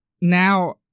now